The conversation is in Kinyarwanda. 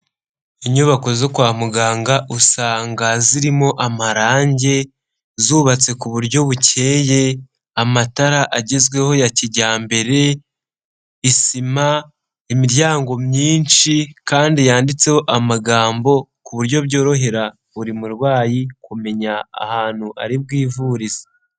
Inyubako zo kwa muganga usanga zirimo amarangi, zubatse ku buryo bukeye, amatara agezweho ya kijyambere, isima, imiryango myinshi kandi yanditseho amagambo ku buryo byorohera buri murwayi kumenya ahantu ari bwivuririza.